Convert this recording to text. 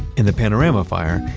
in the panorama fire,